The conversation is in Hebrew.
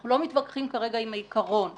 ואנחנו לא מתווכחים כרגע עם העיקרון הזה.